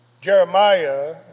Jeremiah